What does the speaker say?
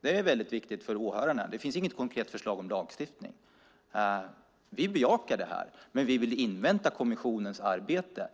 Det är väldigt viktigt för åhörarna att få veta det. Vi bejakar detta, men vi vill invänta kommissionens arbete.